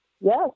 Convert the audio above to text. Yes